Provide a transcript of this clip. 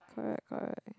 correct correct